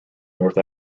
north